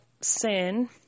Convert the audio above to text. sin